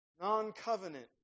non-covenant